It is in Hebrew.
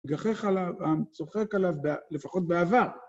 מגחך עליו, צוחק עליו, לפחות בעבר.